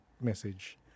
message